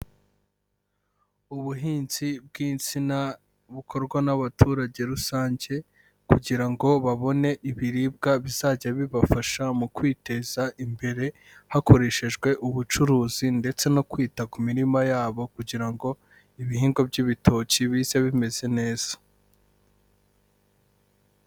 Ubuhinzi bw'insina bukorwa n'abaturage rusange kugira ngo babone ibiribwa bizajya bibafasha mu kwiteza imbere, hakoreshejwe ubucuruzi ndetse no kwita ku mirima yabo kugira ngo ibihingwa by'ibitoki bize bimeze neza.